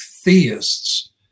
theists